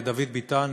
דוד ביטן,